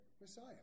Messiah